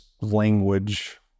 language